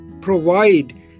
provide